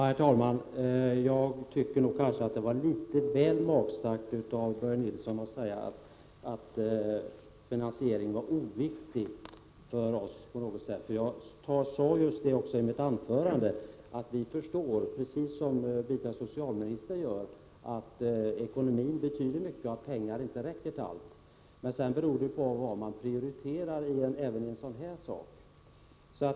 Herr talman! Jag tycker att det var litet väl magstarkt av Börje Nilsson att säga att finansieringen är oviktig för oss. Jag sade i mitt inledningsanförande att vi förstår, precis som biträdande socialministern gör, att ekonomin betyder mycket och att pengarna inte räcker till allt. Men sedan beror det på vad man prioriterar, även i ett sådant här sammanhang.